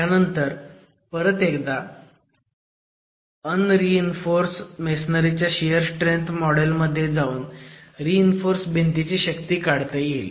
त्यानंतर परत एकदा अन रीइन्फोर्स मेसोनारी च्या शियर स्ट्रेंथ मॉडेल मध्ये जाऊन रीइन्फोर्स भिंतीची शक्ती काढता येईल